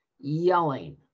yelling